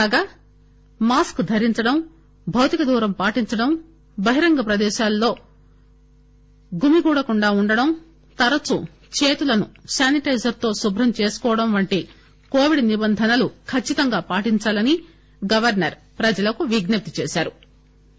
కాగా మాస్క్ ధరించడం భౌతిక దూరం పాటించడం బహిరంగ ప్రదేశాల్లో గుమికూడకుండ ఉండడం తరచు చేతులను సానిటైజర్ తో శుభ్రం చేసుకోవడం వంటి కోవిడ్ నిబంధనలు ఖచ్చితంగా పాటించాలని ఆమె ప్రజలకు విజ్ఞప్తి చేశారు